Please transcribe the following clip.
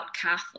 catholic